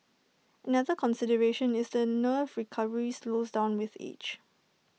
another consideration is the nerve recovery slows down with age